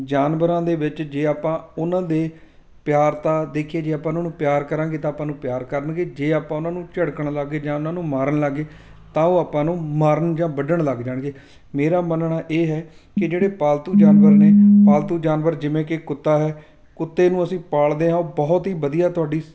ਜਾਨਵਰਾਂ ਦੇ ਵਿੱਚ ਜੇ ਆਪਾਂ ਉਹਨਾਂ ਦੇ ਪਿਆਰ ਤਾਂ ਦੇਖੀਏ ਜੇ ਆਪਾਂ ਉਹਨਾਂ ਨੂੰ ਪਿਆਰ ਕਰਾਂਗੇ ਤਾਂ ਆਪਾਂ ਨੂੰ ਪਿਆਰ ਕਰਨਗੇ ਜੇ ਆਪਾਂ ਉਹਨਾਂ ਨੂੰ ਝਿੜਕਣ ਲੱਗ ਗਏ ਜਾਂ ਉਹਨਾਂ ਨੂੰ ਮਾਰਨ ਲੱਗ ਗਏ ਤਾਂ ਉਹ ਆਪਾਂ ਨੂੰ ਮਾਰਨ ਜਾਂ ਵੱਢਣ ਲੱਗ ਜਾਣਗੇ ਮੇਰਾ ਮੰਨਣਾ ਇਹ ਹੈ ਕਿ ਜਿਹੜੇ ਪਾਲਤੂ ਜਾਨਵਰ ਨੇ ਪਾਲਤੂ ਜਾਨਵਰ ਜਿਵੇਂ ਕਿ ਕੁੱਤਾ ਹੈ ਕੁੱਤੇ ਨੂੰ ਅਸੀਂ ਪਾਲਦੇ ਹਾਂ ਉਹ ਬਹੁਤ ਹੀ ਵਧੀਆ ਤੁਹਾਡੀ